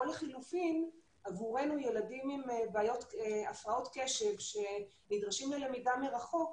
או לחילופין עבור ילדים עם הפרעות קשב שנדרשים ללמידה מרחוק,